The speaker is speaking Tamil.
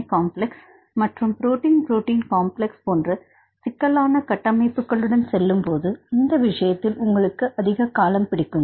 ஏ காம்ப்ளக்ஸ் மற்றும் புரோட்டின் புரோட்டின் காம்ப்ளக்ஸ் போன்ற சிக்கலான கட்டமைப்புகளுடன் செல்லும்போது இந்த விஷயத்தில் உங்களுக்கு அதிக காலம் பிடிக்கும்